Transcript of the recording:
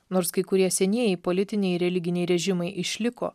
nors kai kurie senieji politiniai religiniai režimai išliko